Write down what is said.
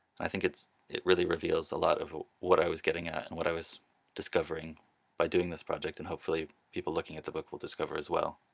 i think it really reveals a lot of ah what i was getting at and what i was discovering by doing this project and hopefully people looking at the book will discover as well.